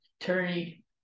attorney